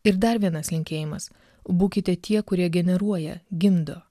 ir dar vienas linkėjimas būkite tie kurie generuoja gimdo